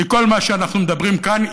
מכל מה שאנחנו מדברים כאן,